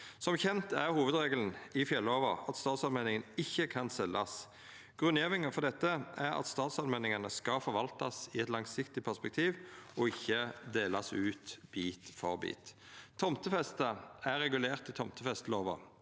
Som kjent er hovudregelen i fjellova at statsallmenningen ikkje kan seljast. Grunngjevinga for dette er at statsallmenningane skal forvaltast i eit langsiktig perspektiv og ikkje delast ut bit for bit. Tomtefeste er regulert i tomtefestelova.